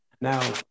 Now